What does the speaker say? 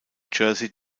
jersey